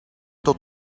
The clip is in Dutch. tot